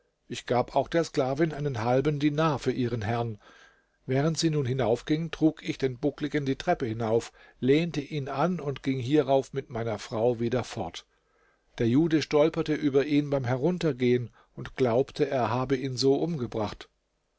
ich gab auch der sklavin einen halben dinar für ihren herrn während sie nun hinaufging trug ich den buckligen die treppe hinauf lehnte ihn an und ging hierauf mit meiner frau wieder fort der jude stolperte über ihn beim heruntergehen und glaubte er habe ihn so umgebracht